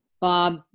Bob